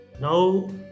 Now